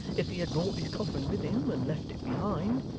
if he had brought his coffin with him, and left it behind.